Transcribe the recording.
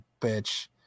bitch